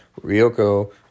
Ryoko